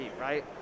right